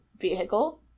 vehicle